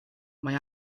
mae